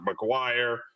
mcguire